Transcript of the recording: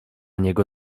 niego